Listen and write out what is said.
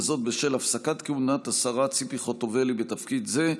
וזאת בשל הפסקת כהונת השרה ציפי חוטובלי בתפקיד זה,